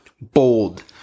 bold